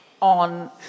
on